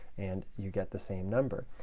and you get the same number.